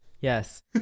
Yes